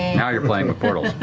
now you're playing with portals.